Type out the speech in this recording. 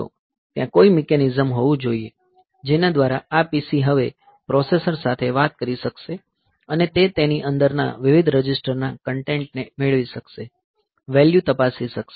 ત્યાં કોઈ મિકેનિઝમ હોવું જોઈએ જેના દ્વારા આ PC હવે આ પ્રોસેસર સાથે વાત કરી શકશે અને તે તેની અંદરના વિવિધ રજિસ્ટર ના કન્ટેન્ટ ને મેળવી શકશે વેલ્યૂ તપાસી શકશે